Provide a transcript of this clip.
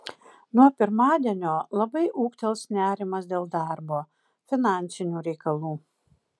nuo pirmadienio labai ūgtels nerimas dėl darbo finansinių reikalų